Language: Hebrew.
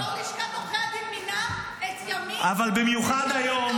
אבל יו"ר לשכת עורכי הדין מינה את --- אבל במיוחד היום,